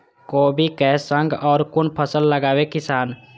कोबी कै संग और कुन फसल लगावे किसान?